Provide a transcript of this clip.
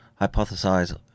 hypothesize